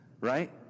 right